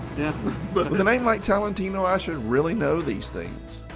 but with a name like talentino i should really know these things.